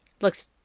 looks